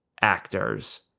actors